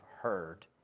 heard